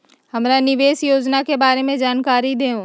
हमरा निवेस योजना के बारे में जानकारी दीउ?